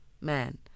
man